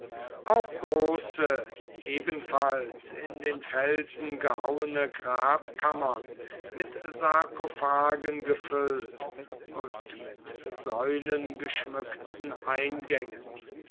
auch große ebenfalls in den felsen gehauene grabkammern mit sarkophagen gefüllt und mit säulengeschmückten eingängen